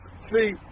see